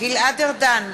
גלעד ארדן,